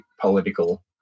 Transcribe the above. political